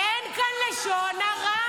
אין כאן לשון הרע.